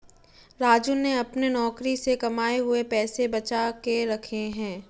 राजू ने अपने नौकरी से कमाए हुए पैसे बचा के रखे हैं